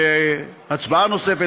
להצבעה נוספת,